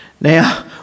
Now